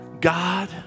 God